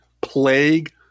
plague